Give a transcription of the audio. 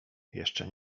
jeszcze